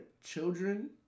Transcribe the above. children